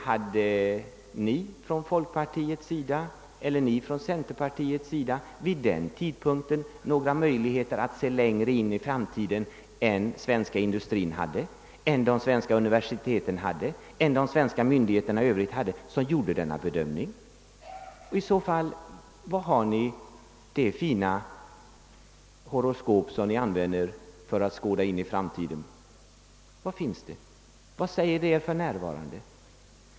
Hade folkpartiet eller centerpartiet vid den tidpunkten några möjligheter ati se längre in i framtiden än den svenska industrin, de svenska universiteten eller övriga svenska myndigheter som hade med bedömningen att göra? Var har ni i så fall det fina horoskop som ni använder för att skåda in i framtiden, och vad säger det er för närvarande?